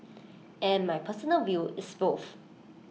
and my personal view is both